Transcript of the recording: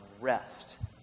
rest